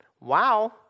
wow